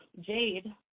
Jade